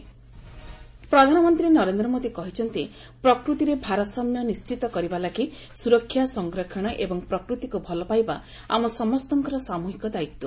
ମନ୍ କି ବାତ୍ ପ୍ରଧାନମନ୍ତ୍ରୀ ନରେନ୍ଦ୍ର ମୋଦି କହିଛନ୍ତି ପ୍ରକୃତିରେ ଭାରସାମ୍ୟ ନିଶ୍ଚିତ କରିବା ଲାଗି ସୁରକ୍ଷା ସଂରକ୍ଷଣ ଏବଂ ପ୍ରକୃତିକୁ ଭଲପାଇବା ଆମ ସମସ୍ତଙ୍କର ସାମୃହିକ ଦାୟିତ୍ୱ